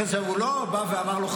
הוא לא בא ואמר לו,